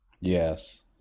yes